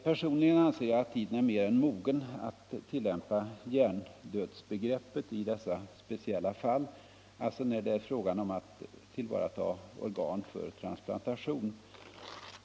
Personligen anser jag att tiden är mer än mogen att tillämpa hjärndödsbegreppet i dessa speciella fall, alltså då det är fråga om att tillvarata organ för transplantation.